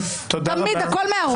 לעשות.